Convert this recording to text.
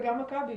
וגם מכבי,